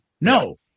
No